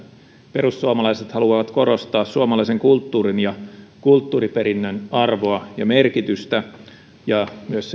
perussuomalaiset haluavat korostaa suomalaisen kulttuurin ja kulttuuriperinnön arvoa ja merkitystä ja myös